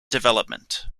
development